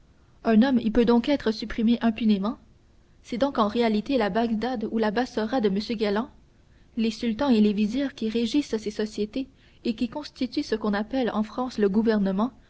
un homme y peut donc être supprimé impunément c'est donc en réalité la bagdad ou la bassora de m galland les sultans et les vizirs qui régissent ces sociétés et qui constituent ce qu'on appelle en france le gouvernement